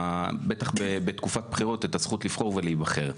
בטח בתקופת בחירות את הזכות לבחור ולהיבחר.